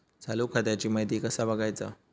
चालू खात्याची माहिती कसा बगायचा?